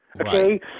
Okay